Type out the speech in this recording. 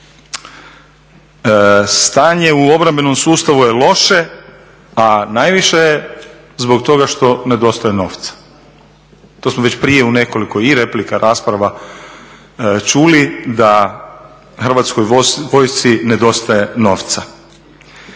stanje u obrambenom sustavu je loše, a najviše zbog toga što nedostaje novca. To smo već prije i replika i rasprava čuli da Hrvatskoj vojsci nedostaje novca.